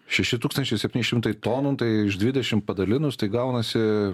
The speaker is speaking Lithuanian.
šeši tūkstančiai septyni šimtai tonų tai iš dvidešimt padalinus tai gaunasi